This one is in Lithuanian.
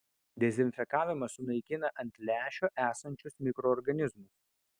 dezinfekavimas sunaikina ant lęšio esančius mikroorganizmus